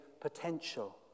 potential